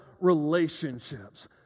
relationships